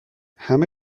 همه